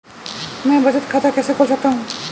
मैं बचत खाता कैसे खोल सकता हूँ?